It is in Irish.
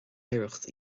oidhreacht